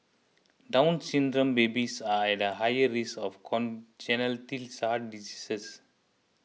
Down Syndrome babies are at higher risk of congenital heart diseases